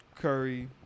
Curry